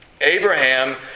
Abraham